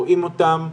רואים אותם,